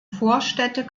vorstädte